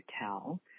tell